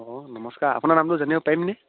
অঁ নমস্কাৰ আপোনাৰ নামটো জানিব পাৰিমনে